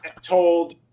told